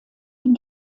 den